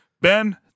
ben